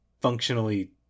functionally